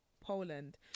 Poland